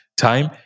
time